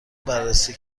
بررسی